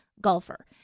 golfer